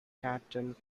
captain